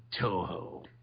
Toho